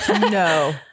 No